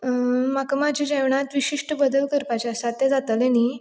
म्हाका म्हाज्या जेवणात विशिश्ट बदल करपाचे आसात तें जातले न्ही